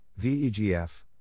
VEGF